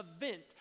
event